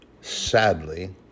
sadly